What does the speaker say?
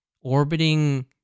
orbiting